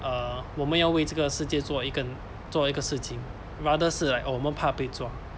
uh 我们要为这个世界做一个做一个事情 rather 是 like oh 我们怕被抓